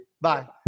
Bye